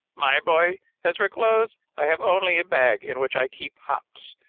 my boy, as for clothes, i have only a bag in which i keep hops.